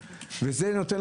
זה מצמצם את הבעיה.